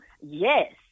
Yes